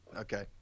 Okay